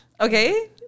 Okay